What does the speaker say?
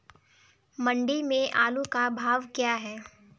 मंडी में आलू का भाव क्या है?